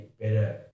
better